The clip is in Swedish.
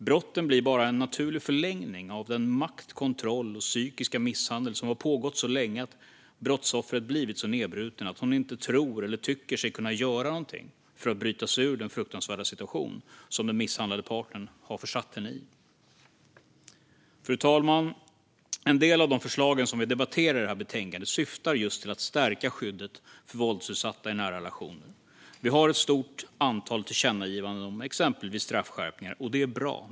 Brotten blir bara en naturlig förlängning av den makt, kontroll och psykiska misshandel som har pågått så länge att brottsoffret blivit så nedbruten att hon inte tror eller tycker sig kunna göra någonting för att bryta sig ur den fruktansvärda situation som den misshandlande partnern har försatt henne i. Fru talman! En del av de förslag som vi debatterar i detta betänkande syftar just till att stärka skyddet för våldsutsatta i nära relationer. Vi föreslår ett stort antal tillkännagivanden om exempelvis straffskärpningar, och det är bra.